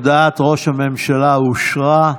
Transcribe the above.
הודעת ראש הממשלה אושרה.